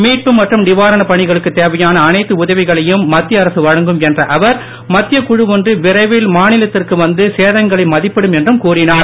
மீட்பு மற்றும் நிவாரண பணிகளுக்கு தேவையான அனைத்து உதவிகளையும் மத்திய அரசு வழங்கும் என்ற அவர் மத்தியக் குழு ஒன்று விரைவில் மாநிலத்திற்கு வந்து சேதங்களை மதிப்பிடும் என்றும் கூறினார்